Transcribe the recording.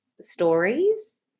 stories